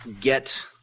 Get